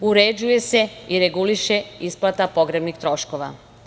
Uređuje se i reguliše isplata pogrebnih troškova.